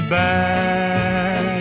back